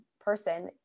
person